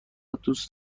دوست